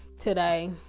today